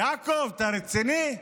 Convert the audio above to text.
יעקב, אתה רציני?